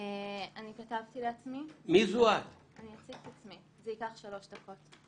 אני אציג את עצמי, זה ייקח שלוש דקות.